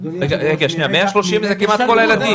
130,000 זה כל הילדים